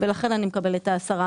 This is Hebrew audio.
לכן אני מקבלת את ה-10.